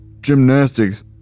gymnastics